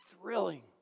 thrilling